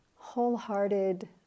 wholehearted